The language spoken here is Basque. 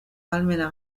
ahalmena